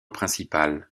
principal